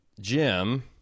Jim